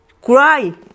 cry